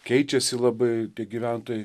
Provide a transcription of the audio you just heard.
keičiasi labai tie gyventojai